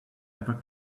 ever